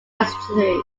ancestry